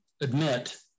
admit